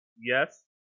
Yes